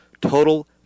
Total